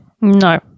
No